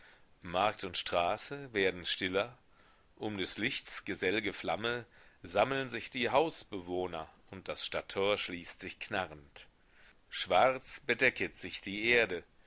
markt und straße werden stiller um des lichts gesellge flamme sammeln sich die hausbewohner und das stadttor schließt sich knarrend schwarz bedecket sich die erde